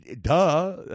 Duh